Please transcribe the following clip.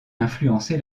influencé